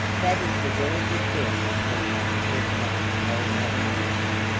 that is a very good guess, peter, replied old mother nature,